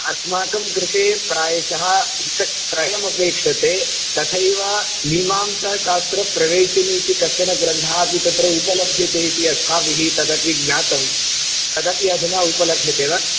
अस्माकं कृते प्रायशः पुस्तकत्रयमपेक्ष्यते तथैव मीमांसाशास्त्रप्रवेशिनी इति कश्चन ग्रन्थः अपि तत्र उपलभ्यते इति अस्माभिः तदपि ज्ञातं तदपि अधुना उपलभ्यते वा